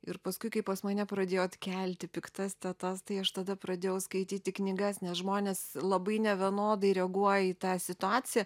ir paskui kai pas mane pradėjo atkelti piktas tetas tai aš tada pradėjau skaityti knygas nes žmonės labai nevienodai reaguoja į tą situaciją